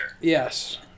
Yes